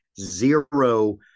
zero